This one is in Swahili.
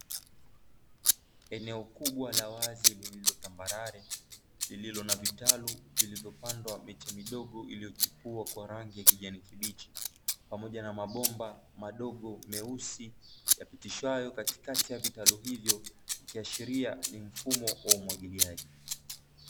Eneo kubwa la wazi lililo tambarare lililo na vitalu, vilivyopandwa miche midogo, iliyochipua kwa rangi ya kijani kibichi pamoja na mabomba madogo meusi, yapitishwayo katikati ya vitalu hivyo yakiaashiria ni mfumo wa umwagiliaji.